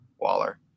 Waller